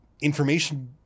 information